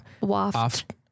waft